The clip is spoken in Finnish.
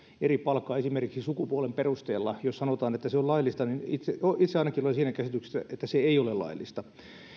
eri palkkaa esimerkiksi sukupuolen perusteella jos sanotaan että se on laillista niin itse itse ainakin olen siinä käsityksessä että se ei ole laillista